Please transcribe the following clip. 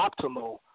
optimal